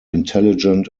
intelligent